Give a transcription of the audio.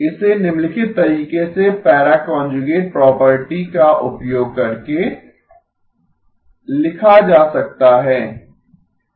इसे निम्नलिखित तरीके से पैरा कांजुगेट प्रॉपर्टी का उपयोग करके लिखा जा सकता है